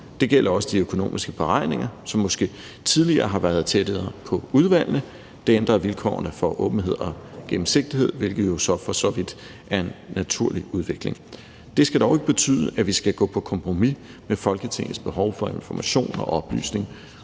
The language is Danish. Det gælder også de økonomiske beregninger, som måske tidligere har været tættere på udvalgene. Det ændrede vilkårene for åbenhed og gennemsigtighed, hvilket jo så for så vidt er en naturlig udvikling. Det skal dog ikke betyde, at vi skal gå på kompromis med Folketingets behov for information og oplysning,